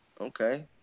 Okay